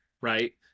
right